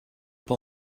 pas